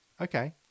Okay